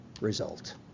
result